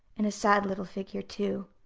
and a sad little figure too.